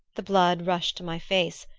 the blood rushed to my face,